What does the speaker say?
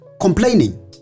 complaining